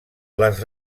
les